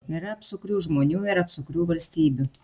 yra apsukrių žmonių ir apsukrių valstybių